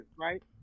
right